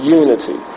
unity